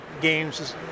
games